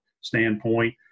standpoint